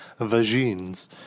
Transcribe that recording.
vagines